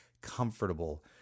comfortable